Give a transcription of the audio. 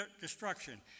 destruction